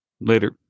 later